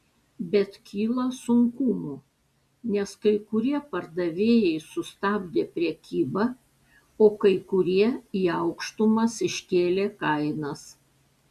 bet kyla sunkumų nes kai kurie pardavėjai sustabdė prekybą o kai kurie į aukštumas iškėlė kainas